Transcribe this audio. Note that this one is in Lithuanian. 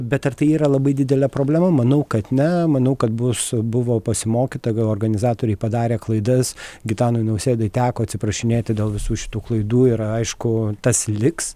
bet ar tai yra labai didelė problema manau kad ne manau kad bus buvo pasimokyta organizatoriai padarė klaidas gitanui nausėdai teko atsiprašinėti dėl visų šitų klaidų ir aišku tas liks